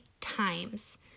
times